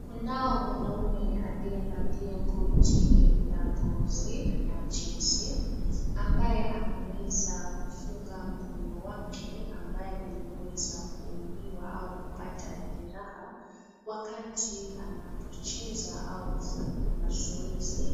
Kunao mwanaume aliyevalia koti la ngozi na jeans ambaye ameweza kufunga mkono wake ambaye limeweza kuumiwa au kupata jeraha wakati anapocheza au kufanya mazoezi.